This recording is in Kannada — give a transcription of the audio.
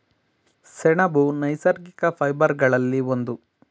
ಸೆಣಬು ನೈಸರ್ಗಿಕ ಫೈಬರ್ ಗಳಲ್ಲಿ ಒಂದು